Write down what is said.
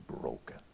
broken